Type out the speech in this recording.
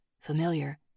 familiar